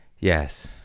Yes